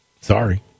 Sorry